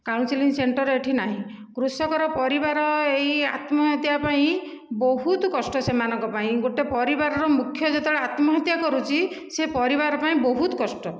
counselling centre ଏଠି ନାହିଁ କୃଷକର ପରିବାର ଏଇ ଆତ୍ମହତ୍ୟା ପାଇଁ ବହୁତ କଷ୍ଟ ସେମାନଙ୍କ ପାଇଁ ଗୋଟେ ପରିବାରର ମୁଖ୍ୟ ଯେତବଳେ ଆତ୍ମହତ୍ୟା କରୁଚି ସେ ପରିବାର ପାଇଁ ବହୁତ କଷ୍ଟ